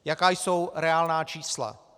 Jaká jsou reálná čísla.